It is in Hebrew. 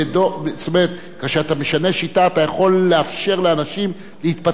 כשאתה משנה שיטה אתה יכול לאפשר לאנשים להתפתח הרבה יותר.